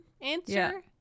answer